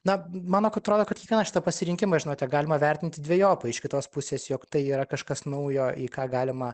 na man atrodo kad kiekvieną šitą pasirinkimą žinote galima vertinti dvejopai iš kitos pusės jog tai yra kažkas naujo į ką galima